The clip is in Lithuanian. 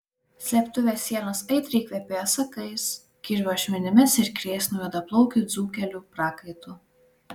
slėptuvės sienos aitriai kvepėjo sakais kirvio ašmenimis ir kresnų juodaplaukių dzūkelių prakaitu